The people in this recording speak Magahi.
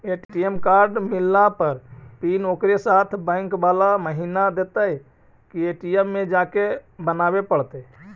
ए.टी.एम कार्ड मिलला पर पिन ओकरे साथे बैक बाला महिना देतै कि ए.टी.एम में जाके बना बे पड़तै?